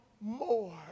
more